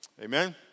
Amen